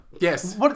Yes